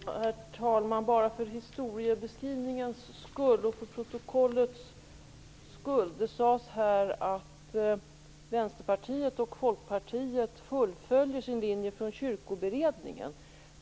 Herr talman! Jag vill ta upp en sak, bara för historieskrivningens skull och för protokollets skull. Det sades här att Vänsterpartiet och Folkpartiet fullföljer sin linje från Kyrkoberedningen.